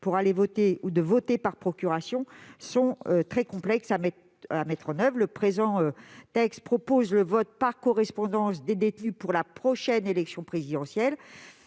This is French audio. pour aller voter ou de voter par procuration sont très complexes à mettre en oeuvre. Le présent texte prévoit le vote par correspondance des détenus pour la prochaine élection présidentielle.